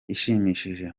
ishimishije